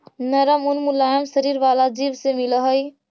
नरम ऊन मुलायम शरीर वाला जीव से मिलऽ हई